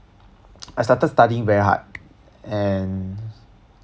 I started studying very hard and